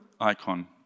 icon